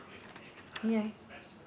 ya